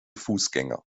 fußgänger